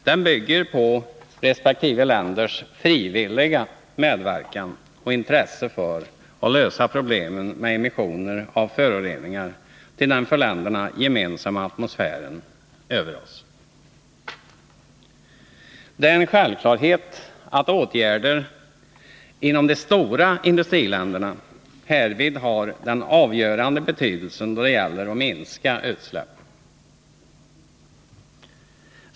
Den bygger på ländernas frivilliga medverkan och intresse för att lösa problemen med immissioner av föroreningar till den gemensamma atmosfären över oss. Det är en självklarhet att åtgärder inom de stora industriländerna har den avgörande betydelsen då det gäller att minska utsläppen.